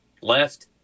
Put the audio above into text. left